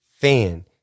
fan